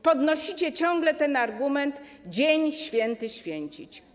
Podnosicie ciągle ten argument: dzień święty święcić.